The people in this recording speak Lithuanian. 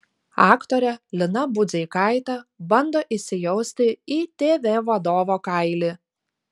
aktorė lina budzeikaitė bando įsijausti į tv vadovo kailį